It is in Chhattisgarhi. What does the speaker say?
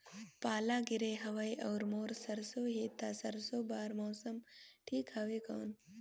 पाला गिरे हवय अउर मोर सरसो हे ता सरसो बार मौसम ठीक हवे कौन?